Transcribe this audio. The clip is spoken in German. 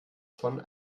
von